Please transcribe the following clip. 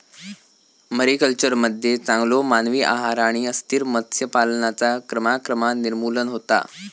मरीकल्चरमध्ये चांगलो मानवी आहार आणि अस्थिर मत्स्य पालनाचा क्रमाक्रमान निर्मूलन होता